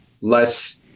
less